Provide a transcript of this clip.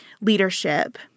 leadership